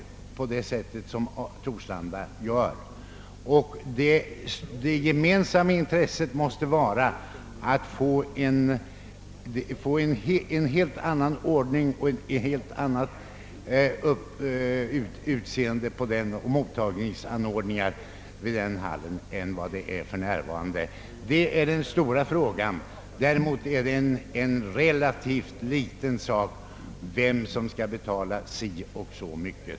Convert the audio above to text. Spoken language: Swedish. Det gemensamma intresset måste vara att åstadkomma bättre förhållanden i mottagningshallen. Detta är den stora frågan, medan det däremot är av underordnad betydelse vem som skall betala så och så mycket.